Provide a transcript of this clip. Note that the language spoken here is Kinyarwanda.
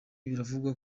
biravugwa